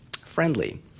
friendly